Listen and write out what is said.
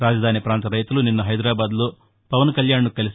రాజధాని పాంత రైతులు నిన్న హైదరాబాద్ లో పవన్ కల్యాణ్ ను కలిసి